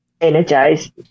energized